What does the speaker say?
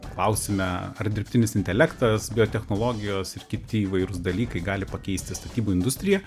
klausime ar dirbtinis intelektas biotechnologijos ir kiti įvairūs dalykai gali pakeisti statybų industriją